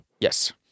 Yes